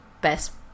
best